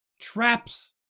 traps